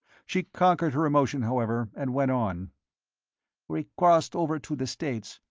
she conquered her emotion, however, and went on we crossed over to the states,